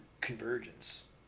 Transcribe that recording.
convergence